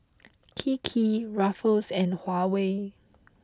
Kiki Ruffles and Huawei